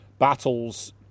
Battles